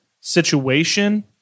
situation